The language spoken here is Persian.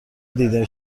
دیده